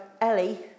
Ellie